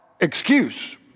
excuse